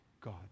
God